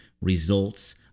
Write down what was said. results